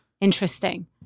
interesting